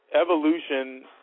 evolution